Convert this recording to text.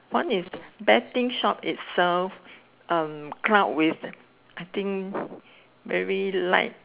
one is betting shop itself um cloud with I think very light